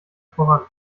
voran